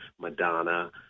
Madonna